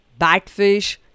batfish